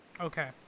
Okay